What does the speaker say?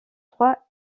trois